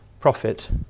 profit